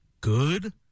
good